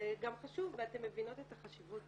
זה גם חשוב ואתן מבינות את החשיבות